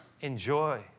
Enjoy